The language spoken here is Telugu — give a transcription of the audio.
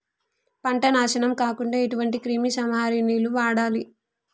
పంట నాశనం కాకుండా ఎటువంటి క్రిమి సంహారిణిలు వాడాలి?